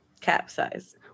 capsize